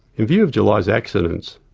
in view of july's accidents,